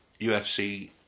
UFC